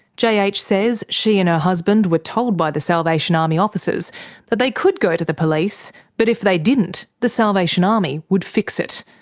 jh ah ah jh says she and her husband were told by the salvation army officers that they could go to the police, but if they didn't, the salvation army would fix it.